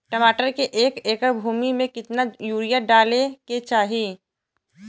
टमाटर के एक एकड़ भूमि मे कितना यूरिया डाले के चाही?